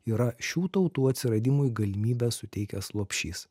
yra šių tautų atsiradimui galimybę suteikęs lopšys